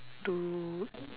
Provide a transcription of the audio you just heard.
to